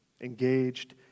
engaged